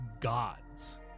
gods